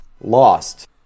Lost